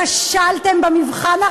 כשלתם במבחן,